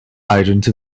ayrıntı